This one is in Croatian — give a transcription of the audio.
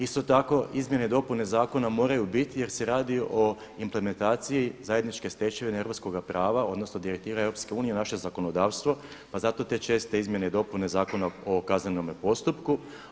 Isto tako izmjene i dopune zakona moraju biti jer se radi o implementaciji zajedničke stečevine europskoga prava odnosno direktive EU u naše zakonodavstvo pa zato te česte izmjene i dopune Zakona o kaznenome postupku.